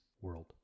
world